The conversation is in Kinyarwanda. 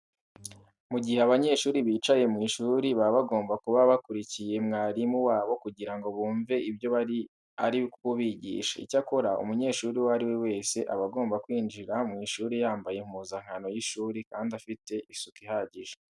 Mu gihe abanyeshuri bicaye mu ishuri baba bagomba kuba bakurikiye mwarimu wabo kugira ngo bumve ibyo ari kubigisha. Icyakora, umunyeshuri uwo ari we wese aba agomba kwinjira mu ishuri yambaye impuzankano y'ishuri kandi ifite isuku ihagije.